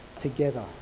together